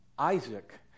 Isaac